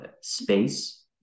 space